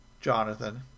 Jonathan